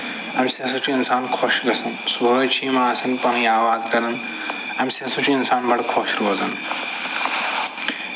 اَمہِ سۭتۍ ہسا چھُ اِنسان خوش گژھان صُبحٲے چھِ یِم آسان یِم پَنٕنۍ آواز کَران اَمہِ سۭتۍ ہسا چھُ اِنسان بڑٕ خوش روزان